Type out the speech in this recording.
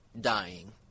dying